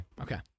Okay